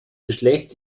geschlechtes